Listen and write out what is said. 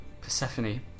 Persephone